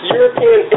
European